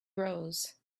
rose